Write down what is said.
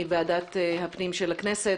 מוועדת הפנים של הכנסת,